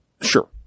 Sure